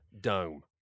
dome